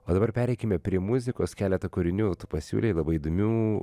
o dabar pereikime prie muzikos keletą kūrinių tu pasiūlei labai įdomių